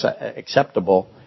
acceptable